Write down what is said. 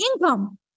income